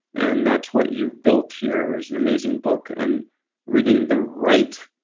and that's what you've built here, is an amazing book, and reading the right